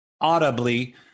audibly